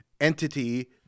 entity